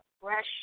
fresh